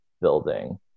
building